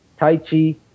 Taichi